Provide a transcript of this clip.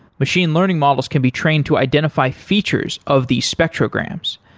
machine learning models can be trained to identify features of these spectrograms.